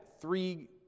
three